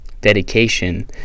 dedication